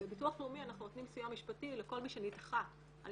בביטוח לאומי אנחנו מעניקים סיוע משפטי לכל מי שנדחה על